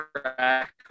track